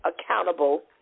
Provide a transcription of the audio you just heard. accountable